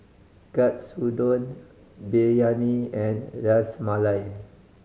Katsudon Biryani and Ras Malai